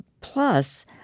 Plus